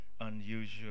unusual